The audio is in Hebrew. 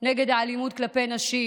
נגד האלימות כלפי נשים,